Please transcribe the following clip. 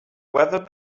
weather